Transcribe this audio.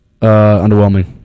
underwhelming